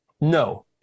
No